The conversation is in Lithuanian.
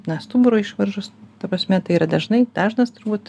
na stuburo išvaržos ta prasme tai yra dažnai dažnas turbūt